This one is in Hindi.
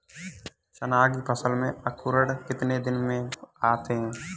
चना की फसल में अंकुरण कितने दिन में आते हैं?